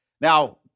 Now